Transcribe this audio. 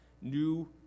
new